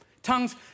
Tongues